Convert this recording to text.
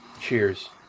Cheers